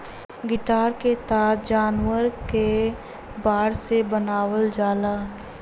guitar क तार जानवर क बार से बनावल जाला